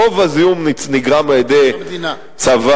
רוב הזיהום נגרם על-ידי הצבא,